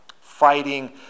fighting